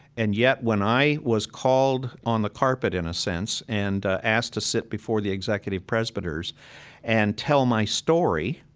and yet, when i was called on the carpet, in a sense, and ah asked to sit before the executive presbyters and tell my story,